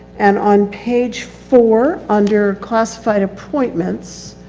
and on page four, under classified appointments.